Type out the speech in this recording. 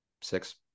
six